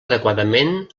adequadament